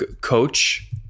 Coach